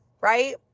right